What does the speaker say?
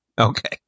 Okay